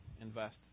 invest